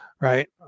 right